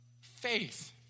faith